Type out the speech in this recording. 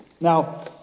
Now